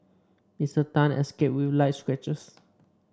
Mister Tan escaped with light scratches